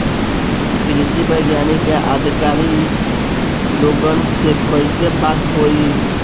कृषि वैज्ञानिक या अधिकारी लोगन से कैसे बात होई?